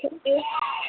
okay